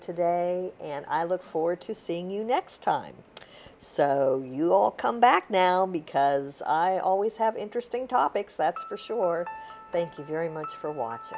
today and i look forward to seeing you next time so you all come back now because i always have interesting topics that's for sure thank you very much for watching